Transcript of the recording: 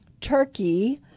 turkey